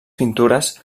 pintures